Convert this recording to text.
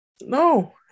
No